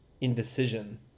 indecision